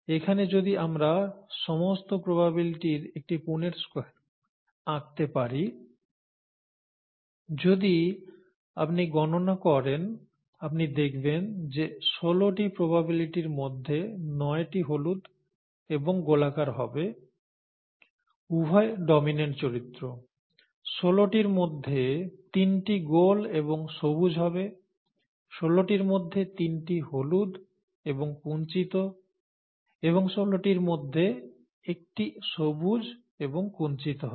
এখানে যদি আমরা সমস্ত প্রবাবিলিটির একটি পুন্নেট স্কয়ার আঁকতে পারি যদি আপনি গণনা করেন আপনি দেখবেন যে ষোলটি প্রবাবিলিটির মধ্যে নয়টি হলুদ এবং গোলাকার হবে উভয় ডমিনেন্ট চরিত্র ষোলোটির মধ্যে তিনটি গোল এবং সবুজ হবে ষোলোটির মধ্যে তিনটি হলুদ এবং কুঞ্চিত এবং ষোলোটির মধ্যে একটি সবুজ এবং কুঞ্চিত হবে